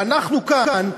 ואנחנו כאן,